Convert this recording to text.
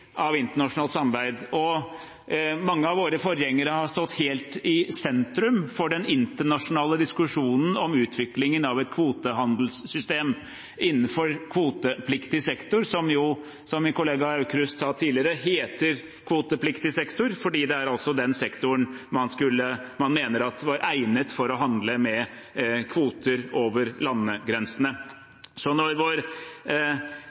av internasjonalt samarbeid, og mange av våre forgjengere har stått helt i sentrum for den internasjonale diskusjonen om utviklingen av et kvotehandelssystem innenfor kvotepliktig sektor – som min kollega Aukrust tidligere sa heter kvotepliktig sektor fordi det er den sektoren man mener er egnet for å handle med kvoter over